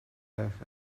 ferch